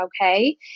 okay